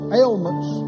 ailments